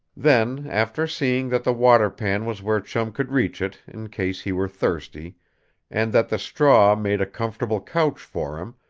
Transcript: then, after seeing that the water pan was where chum could reach it in case he were thirsty and that the straw made a comfortable couch for him,